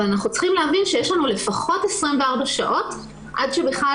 אנחנו צריכים להבין שיש לנו לפחות 24 שעות עד שבכלל